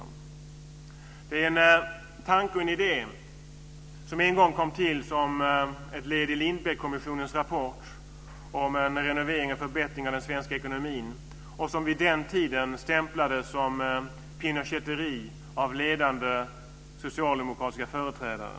Reformen är en tanke och idé som en gång kom till som ett led i Lindbeckkommissionens rapport om en renovering och förbättring av den svenska ekonomin och som vid den tiden stämplades som "Pinocheteri" av ledande socialdemokratiska företrädare.